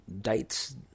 dates